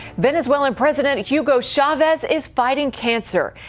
venezuelan president hugo chavez is fighting cancer.